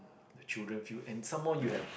the children feel and some more you have